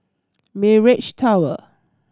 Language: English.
Mirage Tower